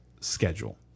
schedule